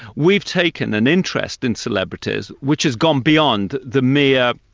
we've taken an interest in celebrities which has gone beyond the mere